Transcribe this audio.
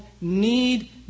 need